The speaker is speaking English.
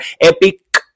epic